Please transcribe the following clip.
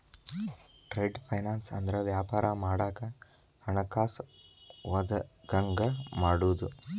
trade finance ಅಂದ್ರ ವ್ಯಾಪಾರ ಮಾಡಾಕ ಹಣಕಾಸ ಒದಗಂಗ ಮಾಡುದು